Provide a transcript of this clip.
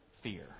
fear